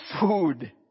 Food